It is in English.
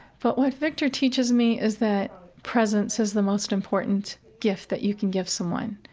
but what victor teaches me is that presence is the most important gift that you can give someone.